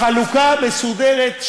החלוקה מסודרת,